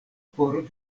por